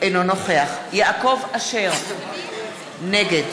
אינו נוכח יעקב אשר, נגד